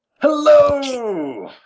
Hello